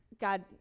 God